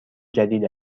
جدید